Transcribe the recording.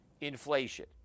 inflation